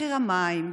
מחיר המים,